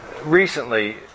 Recently